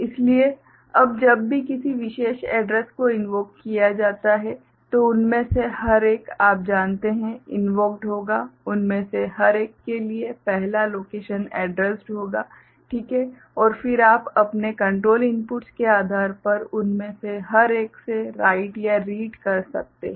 इसलिए अब जब भी किसी विशेष एड्रैस को इनवोक किया जाता है तो उनमें से हर एक आप जानते हैं इन्वोक्ड होगा उनमें से हर एक के लिए पहला लोकेशन एड्रैस्ड होगा ठीक है और फिर आप अपने कंट्रोल इनपुट्स के आधार पर उनमें से हर एक से राइट या रीड कर सकते हैं